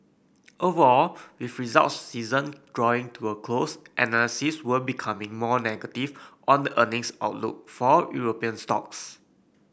overall with results season drawing to a close analysts were becoming more negative on the earnings outlook for European stocks